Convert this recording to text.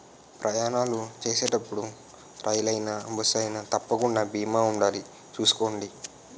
ప్రయాణాలు చేసేటప్పుడు రైలయినా, బస్సయినా తప్పకుండా బీమా ఉండాలి చూసుకోండి